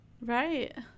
Right